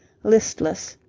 listless,